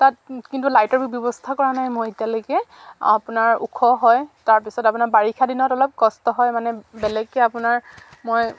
তাত কিন্তু লাইটৰ ব্যৱস্থা কৰা নাই মই এতিয়ালৈকে আপোনাৰ ওখ হয় তাৰপিছত আপোনাৰ বাৰিষা দিনত অলপ কষ্ট হয় মানে বেলেগকে আপোনাৰ মই